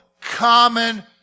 common